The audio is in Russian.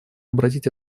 обратить